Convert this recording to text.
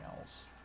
else